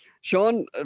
Sean